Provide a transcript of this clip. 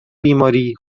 بیماری